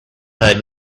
had